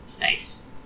Nice